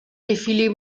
défiler